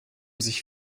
sich